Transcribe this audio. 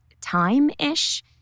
time-ish